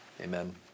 Amen